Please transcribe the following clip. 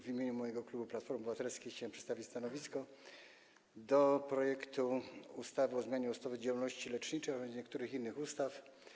W imieniu mojego klubu Platformy Obywatelskiej chciałem przedstawić stanowisko co do projektu ustawy o zmianie ustawy o działalności leczniczej oraz niektórych innych ustaw.